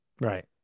right